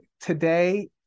today